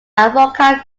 avoca